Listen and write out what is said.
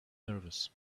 nervous